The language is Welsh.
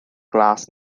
glas